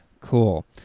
Cool